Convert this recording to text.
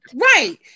right